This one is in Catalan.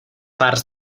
fars